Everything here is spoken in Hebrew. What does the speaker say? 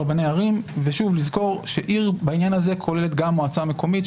ושוב לזכור שעיר בעניין הזה כוללת גם מועצה מקומית,